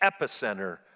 epicenter